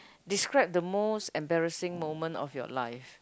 describe the most embarrassing moment of your life